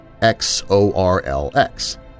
xorlx